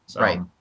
Right